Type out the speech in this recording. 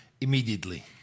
Immediately